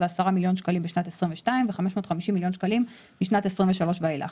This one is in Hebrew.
מיליון שקלים בשנת 2022 ועל 550 מיליון שקלים משנת 2023 ואילך.